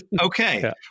Okay